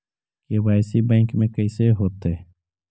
KYC bank में कैसे होतै?